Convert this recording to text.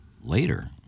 later